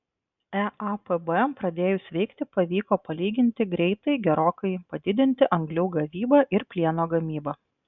eapb pradėjus veikti pavyko palyginti greitai gerokai padidinti anglių gavybą ir plieno gamybą